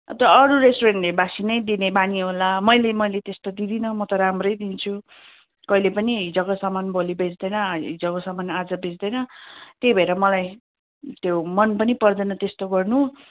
अन्त अरू रेस्टुरेन्टले बासी नै दिने बानी होला मैले मैले त्यस्तो दिँदिनँ म त राम्रै दिन्छु कहिँले पनि हिजोको सामान भोलि बेच्दैन हिजोको सामान आज बेच्दैन त्यही भएर मलाई त्यो मन पनि पर्दैन त्यस्तो गर्नु